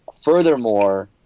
Furthermore